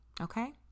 okay